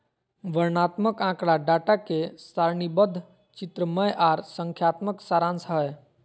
वर्णनात्मक आँकड़ा डाटा के सारणीबद्ध, चित्रमय आर संख्यात्मक सारांश हय